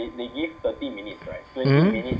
hmm